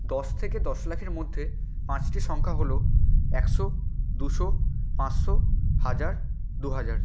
দশ থেকে দশ লাখের মধ্যে পাঁচটি সংখ্যা হলো একশো দুশো পাঁচশো হাজার দু হাজার